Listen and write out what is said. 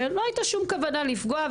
שלא הייתה שום כוונה לפגוע,